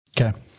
Okay